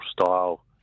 style